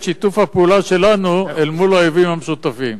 שיתוף הפעולה שלנו אל מול האויבים המשותפים.